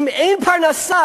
אם אין פרנסה,